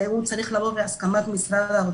והוא צריך לבוא בהסכמת האוצר,